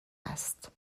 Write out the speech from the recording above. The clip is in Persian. است